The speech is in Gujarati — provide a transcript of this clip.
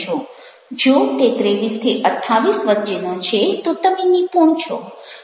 જો તે 23 28 વચ્ચેનો છે તો તમે નિપુણ છો